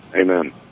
Amen